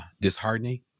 disheartening